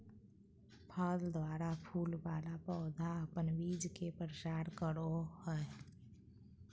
फल द्वारा फूल वाला पौधा अपन बीज के प्रसार करो हय